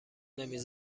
نمی